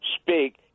speak